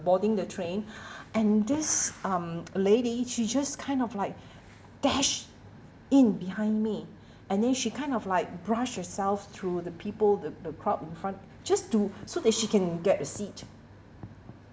boarding the train and this um lady she just kind of like dash in behind me and then she kind of like brush herself through the people the the crowd in front just to so that she can get a seat